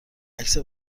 عکس